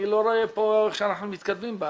אני לא רואה פה שאנחנו מתקדמים.